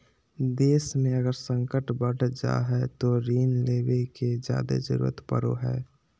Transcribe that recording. देश मे अगर संकट बढ़ जा हय तो ऋण लेवे के जादे जरूरत पड़ो हय